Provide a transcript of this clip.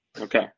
okay